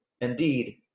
Indeed